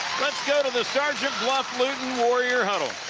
let's go to the sergeant bluff-luton warrior huddle.